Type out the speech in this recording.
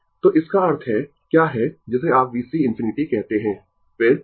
तो इसका अर्थ है क्या है जिसे आप VC ∞ कहते है फिर